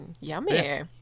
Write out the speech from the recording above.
Yummy